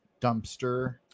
dumpster